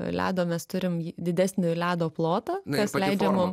ledo mes turim didesni ledo plotą kas leidžia mum